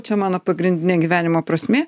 čia mano pagrindinė gyvenimo prasmė